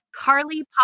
Carly